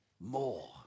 more